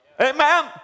Amen